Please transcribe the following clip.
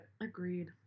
Agreed